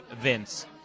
Vince